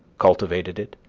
cultivated it,